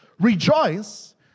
Rejoice